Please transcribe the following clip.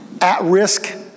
at-risk